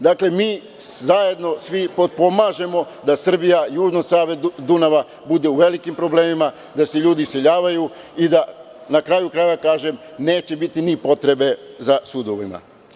Dakle, mi zajedno svi potpomažemo da Srbija južno od Save i Dunava bude u velikim problemima, da se ljudi iseljavaju i da na kraju krajeva kažem neće biti ni potrebe za sudovima.